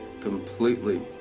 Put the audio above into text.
completely